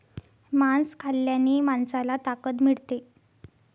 मांस खाल्ल्याने माणसाला ताकद मिळते